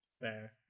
Fair